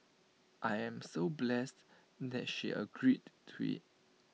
I am so blessed that she agreed to IT